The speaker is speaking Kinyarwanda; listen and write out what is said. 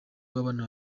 w’abana